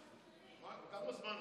הזמן.